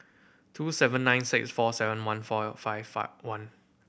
two seven nine six four seven one four five five one